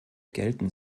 gelten